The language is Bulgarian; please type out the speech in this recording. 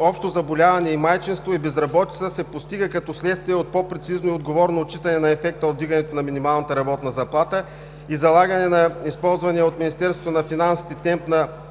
„Общо заболяване и майчинство“ и „Безработица“ се постига като следствие от по-прецизно и отговорно отчитане на ефекта от вдигането на минималната работна заплата и залагане на използвания от Министерство на финансите темп на